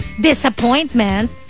disappointment